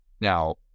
Now